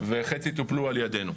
וחצי טופלו על ידנו.